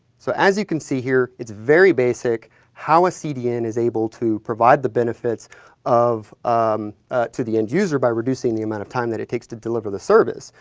so, as you can see here it's a very basic how a cdn is able to provide the benefits of um to the end user by reducing the amount of time that it takes to deliver the service,